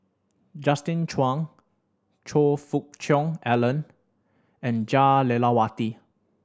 Justin Zhuang Choe Fook Cheong Alan and Jah Lelawati